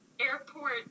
airport